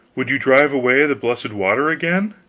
would you drive away the blessed water again?